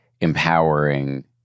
empowering